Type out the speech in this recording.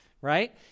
right